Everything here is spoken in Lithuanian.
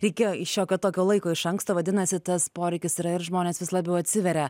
reikėjo šiokio tokio laiko iš anksto vadinasi tas poreikis yra ir žmonės vis labiau atsiveria